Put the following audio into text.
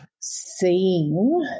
seeing